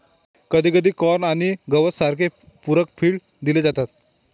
कधीकधी कॉर्न आणि गवत सारखे पूरक फीड दिले जातात